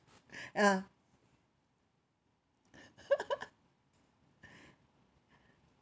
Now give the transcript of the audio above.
ah